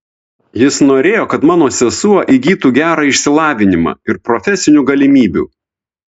jis norėjo kad mano sesuo įgytų gerą išsilavinimą ir profesinių galimybių